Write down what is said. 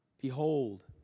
Behold